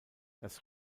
das